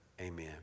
amen